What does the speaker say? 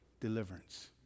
Deliverance